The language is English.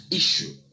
issue